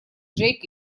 джейк